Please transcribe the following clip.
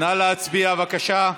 נא להצביע, בבקשה.